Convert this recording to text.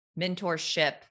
mentorship